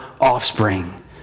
offspring